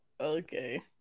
Okay